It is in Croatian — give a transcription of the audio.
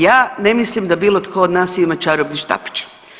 Ja ne mislim da bilo tko od nas ima čarobni štapić.